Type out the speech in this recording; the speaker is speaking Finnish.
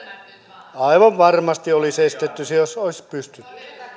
aivan varmasti olisi estetty se jos olisi pystytty